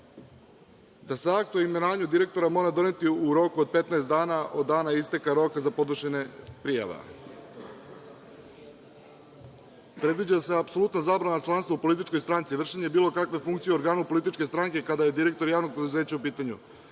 da se akt o imenovanju direktora mora doneti u roku od 15 dana od dana isteka roka za podnošenje prijava. Predviđa se apsolutna zabrana članstva u političkoj stranci, vršenje bilo kakve funkcije u organu političke stranke kada je direktor javnog preduzeća u pitanju.